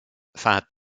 feit